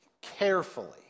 carefully